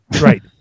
Right